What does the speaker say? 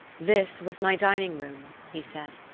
this was my dining-room, he said.